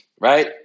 right